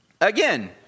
Again